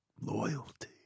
Loyalty